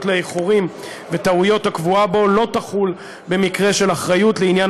לאיחורים וטעויות הקבועה בו לא תחול במקרה של אחריות לעניין